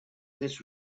this